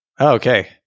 Okay